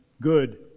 good